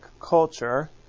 culture